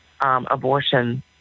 abortion